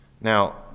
Now